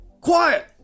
Quiet